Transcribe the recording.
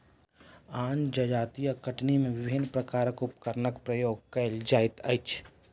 आन जजातिक कटनी मे विभिन्न प्रकारक उपकरणक प्रयोग कएल जाइत अछि